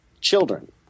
children